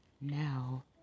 Now